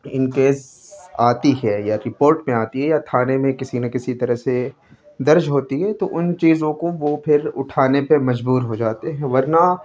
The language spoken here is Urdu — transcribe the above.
ان کیس آتی ہے یا رپورٹ میں آتی ہے یا تھانے میں کسی نہ کسی طرح سے درج ہوتی ہے تو ان چیزوں کو وہ پھر اٹھانے پہ مجبور ہو جاتے ہیں ورنہ